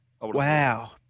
Wow